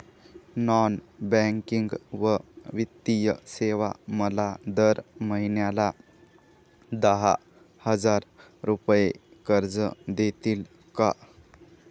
Non banking व वित्तीय सेवा मला दर महिन्याला दहा हजार रुपये कर्ज देतील का?